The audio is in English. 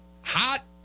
hot